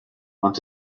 want